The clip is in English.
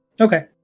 Okay